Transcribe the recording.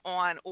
on